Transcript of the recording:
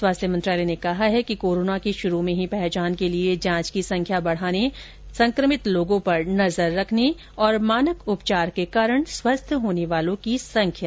स्वास्थ्य मंत्रालय ने कहा है कि कोरोना की शुरू में ही पहचान के लिए जांच की संख्या बढ़ाने संक्रमित लोगों पर नजर रखने और मानक उपचार के कारण स्वस्थ होने वालों की संख्या बढ़ी है